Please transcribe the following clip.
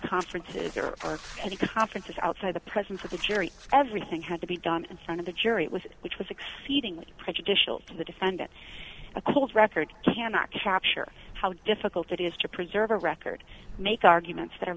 conference is or any conferences outside the presence of the jury everything had to be done in front of the jury it was which was exceedingly prejudicial to the defendant a cold record cannot capture how difficult it is to preserve a record make arguments that are